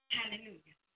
Hallelujah